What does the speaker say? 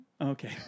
Okay